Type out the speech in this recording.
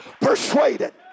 persuaded